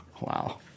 Wow